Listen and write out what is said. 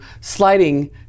sliding